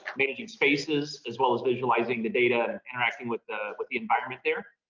managing spaces as well as visualizing the data and interacting with the with the environment there.